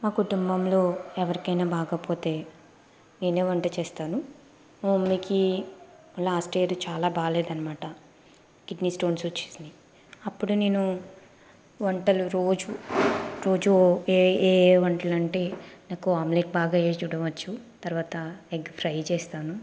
మా కుటుంబంలో ఎవరికైనా బాలేకపోతే నేనే వంట చేస్తాను మీకు ఈ లాస్ట్ అయితే చాలా బాలేదన్నమాట కిడ్నీ స్టోన్స్ వచ్చినాయి అప్పుడు నేను వంటలు రోజు రోజు ఏ ఏ వంటలు అంటే నాకు ఆమ్లెట్ బాగా వేసేయడం వచ్చు తర్వాత ఎగ్ ఫ్రై చేస్తాను